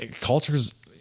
cultures